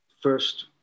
First